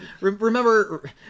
remember